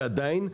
ועדיין,